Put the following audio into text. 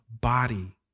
body